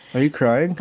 are you crying?